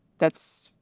that's,